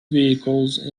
vehicles